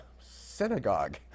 synagogue